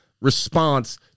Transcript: response